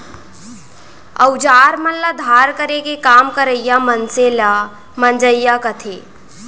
अउजार मन ल धार करे के काम करइया मनसे ल मंजइया कथें